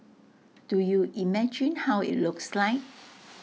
do you imagine how IT looks like